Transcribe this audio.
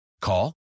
Call